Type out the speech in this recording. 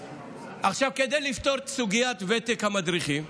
עכשיו, כדי לפתור את סוגיית ותק המדריכים,